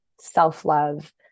self-love